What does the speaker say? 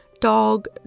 dog